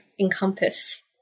encompass